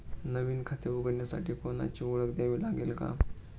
नवीन खाते उघडण्यासाठी कोणाची ओळख द्यावी लागेल का?